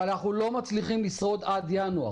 אבל אנחנו לא מצליחים לשרוד עד ינואר.